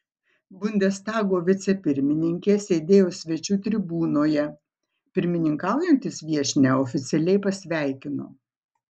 bundestago vicepirmininkė sėdėjo svečių tribūnoje pirmininkaujantis viešnią oficialiai pasveikino